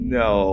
no